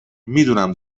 میدونم